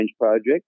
Project